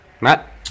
Matt